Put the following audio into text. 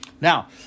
Now